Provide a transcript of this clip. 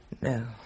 No